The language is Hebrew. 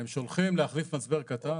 שולחים להחליף מצבר קטן.